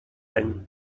any